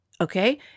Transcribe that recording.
Okay